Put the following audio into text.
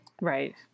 Right